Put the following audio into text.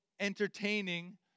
entertaining